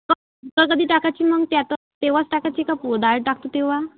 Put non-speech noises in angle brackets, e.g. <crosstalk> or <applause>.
<unintelligible> कधी टाकायची मग त्यातच तेव्हाच टाकायची का पू डाळ टाकतो तेव्हा